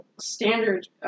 standard